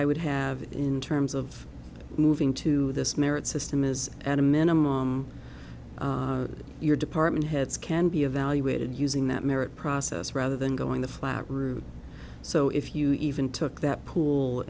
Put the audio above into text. i would have in terms of moving to this merit system is at a minimum your department heads can be evaluated using that merit process rather than going the flat route so if you even took that pool